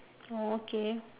oh okay